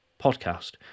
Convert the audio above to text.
podcast